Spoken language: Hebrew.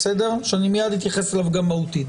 שאני מייד אתייחס אליו גם מהותית.